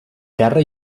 terra